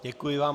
Děkuji vám.